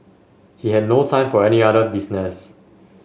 he had no time for any other business